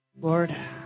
lord